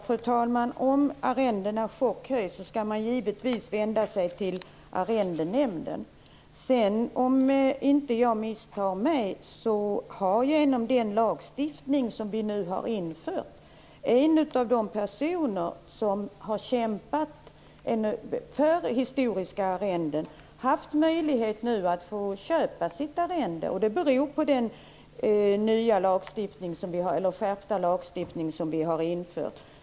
Fru talman! Om arrendena chockhöjs skall man givetvis vända sig till Arrendenämnden. Sedan har, om jag inte misstar mig, en av de personer som har kämpat för historiska arrenden nu fått möjlighet att köpa sitt arrende tack vare den lagstiftning vi har infört. Orsaken till det är den skärpta lagstiftning som vi har infört.